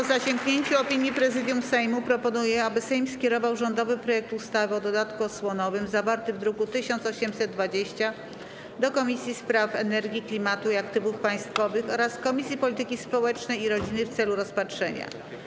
Marszałek Sejmu, po zasięgnięciu opinii Prezydium Sejmu, proponuje, aby Sejm skierował rządowy projekt ustawy o dodatku osłonowym, zawarty w druku nr 1820, do Komisji do Spraw Energii, Klimatu i Aktywów Państwowych oraz Komisji Polityki Społecznej i Rodziny w celu rozpatrzenia.